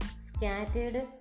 scattered